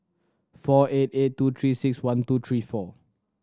four eight eight two Three Six One two three four